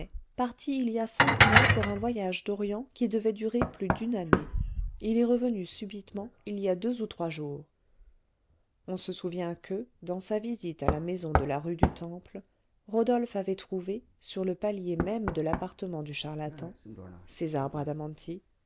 parti il y a cinq mois pour un voyage d'orient qui devait durer plus d'une année il est revenu subitement il y a deux ou trois jours on se souvient que dans sa visite à la maison de la rue du temple rodolphe avait trouvé sur le pallier même de l'appartement du charlatan césar bradamanti